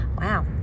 Wow